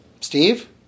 Steve